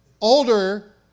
Older